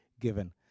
given